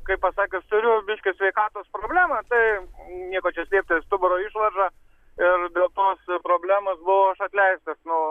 kaip pasakius turiu biški sveikatos problemą tai nieko čia slėpti stuburo išvarža ir dėl tos problemos buvau aš atleistas nuo